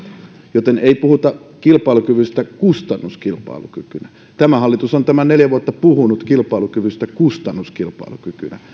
joten ei puhuta kilpailukyvystä kustannuskilpailukykynä tämä hallitus on tämän neljä vuotta puhunut kilpailukyvystä kustannuskilpailukykynä